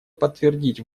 подтвердить